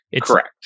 Correct